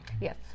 Yes